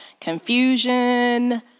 confusion